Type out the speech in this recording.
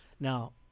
Now